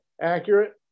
accurate